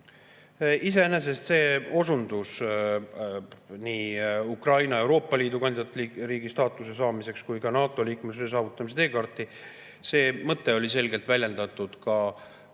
Iseenesest see osundus, nii Ukraina Euroopa Liidu kandidaatriigi staatuse saamiseks kui ka NATO-liikmesuse saavutamise teekaart, see mõte oli selgelt väljendatud ka